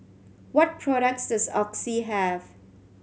what products does Oxy have